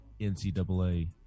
NCAA